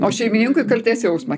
o šeimininkui kaltės jausmą